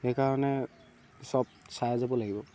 সেইকাৰণে চব চাই যাব লাগিব